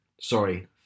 Sorry